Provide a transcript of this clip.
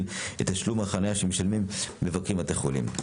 את תשלום החניה שמשלמים מבקרים בבתי החולים.